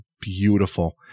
beautiful